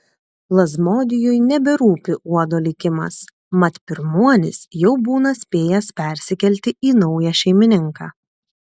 plazmodijui neberūpi uodo likimas mat pirmuonis jau būna spėjęs persikelti į naują šeimininką